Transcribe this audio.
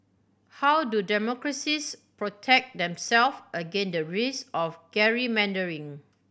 how do democracies protect themselves against the risk of gerrymandering